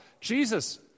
Jesus